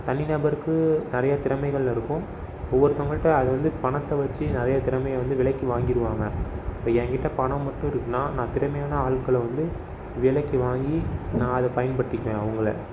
தனி நபருக்கு நிறைய திறமைகள் இருக்கும் ஒவ்வொருத்தவங்கள்கிட்ட அதை வந்து பணத்தை வச்சு நிறைய திறமையை வந்து விலைக்கு வாங்கிடுவாங்க இப்போ என் கிட்டே பணம் மட்டும் இருக்குனால் நான் திறமையான ஆட்கள வந்து விலைக்கு வாங்கி நான் அதை பயன்படுத்திக்குவேன் அவங்கள